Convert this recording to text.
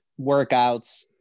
workouts